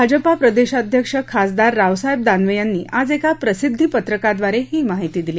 भाजपा प्रदेशाध्यक्ष खा़सदार रावसाहेब दानवे यांनी आज का प्रसिद्धी पत्रकाद्वारे ही माहिती दिली